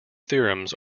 theorems